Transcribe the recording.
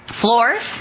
Floors